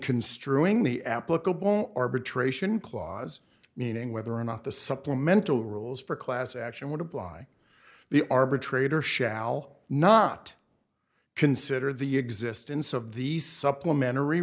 construing the applicable arbitration clause meaning whether or not the supplemental rules for class action would apply the arbitrator shall not consider the existence of these supplementary